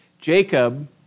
Jacob